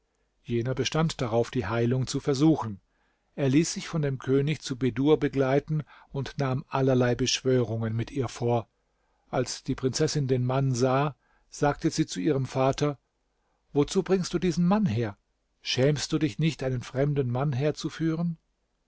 jener bestand darauf die heilung zu versuchen er ließ sich von dem könig zu bedur begleiten und nahm allerlei beschwörungen mit ihr vor als die prinzessin den mann sah sagte sie zu ihrem vater wozu bringst du diesen mann her schämst du dich nicht einen fremden mann herzuführen